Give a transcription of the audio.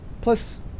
Plus